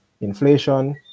inflation